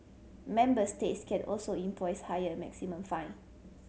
member states can't also impose higher maximum fine